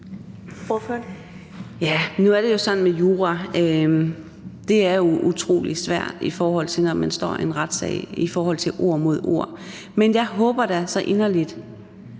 Nu er det jo sådan med jura, at det er utrolig svært, når man står i en retssal, hvor det er ord mod ord. Men jeg håber da så inderligt,